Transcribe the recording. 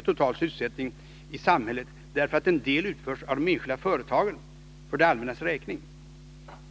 total sysselsättning i samhället, därför att en del arbete utförs av enskilda företag för det allmännas räkning.